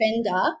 offender